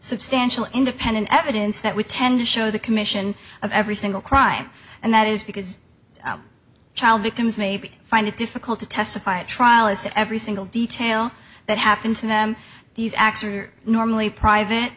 substantial independent evidence that would tend to show the commission of every single crime and that is because child victims maybe find it difficult to testify at trial is that every single detail that happened to them these acts are normally private